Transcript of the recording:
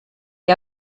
què